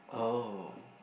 oh